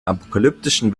apokalyptischen